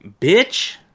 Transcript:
bitch